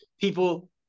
people